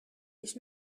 ich